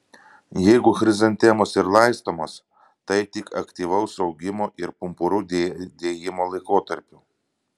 jeigu chrizantemos ir laistomos tai tik aktyvaus augimo ir pumpurų dėjimo laikotarpiu